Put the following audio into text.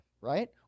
Right